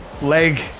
leg